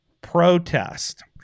protest